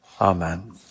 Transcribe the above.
Amen